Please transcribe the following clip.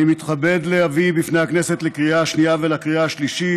אני מתכבד להביא בפני הכנסת לקריאה השנייה ולקריאה השלישית